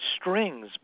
strings